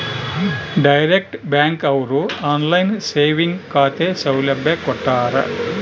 direct bank ಅವ್ರು online saving ಖಾತೆ ಸೌಲಭ್ಯ ಕೊಟ್ಟಾರ